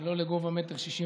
זה לא לגובה 1.65 מטר.